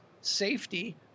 safety